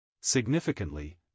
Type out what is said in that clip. Significantly